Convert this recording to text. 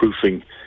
proofing